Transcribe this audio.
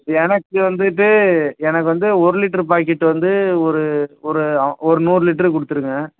எனக்கு வந்துட்டு எனக்கு வந்து ஒரு லிட்ரு பாக்கெட்டு வந்து ஒரு ஒரு ஒரு நூறு லிட்ரு கொடுத்துருங்க